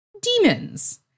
demons